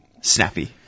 Snappy